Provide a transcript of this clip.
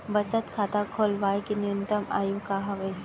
बचत खाता खोलवाय के न्यूनतम आयु का हवे?